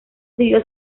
siguió